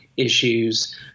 issues